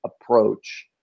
approach